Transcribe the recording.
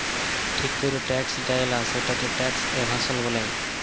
ঠিক ক্যরে ট্যাক্স দেয়লা, সেটকে ট্যাক্স এভাসল ব্যলে